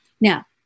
Now